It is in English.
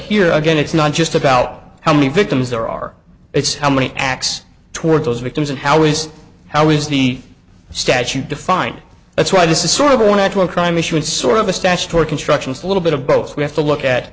here again it's not just about how many victims there are it's how many acts towards those victims and how is how is the statute defined that's why this is sort of an actual crime issue in sort of a statutory construction is a little bit of both we have to look at